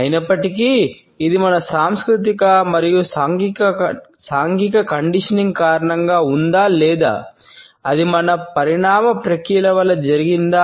అయినప్పటికీ ఇది మన సాంస్కృతిక మరియు సాంఘిక కండిషనింగ్ కారణంగా ఉందా లేదా అది మన పరిణామ ప్రక్రియల వల్ల జరిగిందా